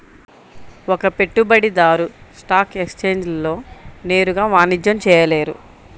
ఒక పెట్టుబడిదారు స్టాక్ ఎక్స్ఛేంజ్లలో నేరుగా వాణిజ్యం చేయలేరు